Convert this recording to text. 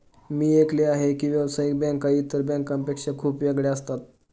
मी ऐकले आहे की व्यावसायिक बँका इतर बँकांपेक्षा खूप वेगळ्या असतात